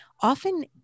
often